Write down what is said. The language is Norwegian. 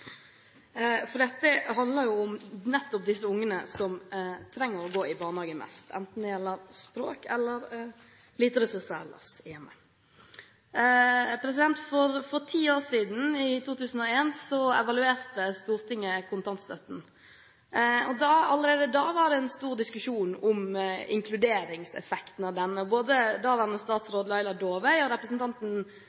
i dette spørsmålet, for dette handler om nettopp de ungene som trenger mest å gå i barnehage, enten det gjelder språk eller lite ressurser ellers i hjemmet. For ti år siden, i 2001, evaluerte Stortinget kontantstøtten. Allerede da var det en stor diskusjon om inkluderingseffekten av den, og både daværende